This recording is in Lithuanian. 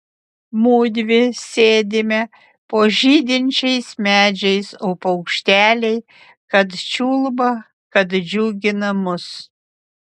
mudvi sėdime po žydinčiais medžiais o paukšteliai kad čiulba kad džiugina mus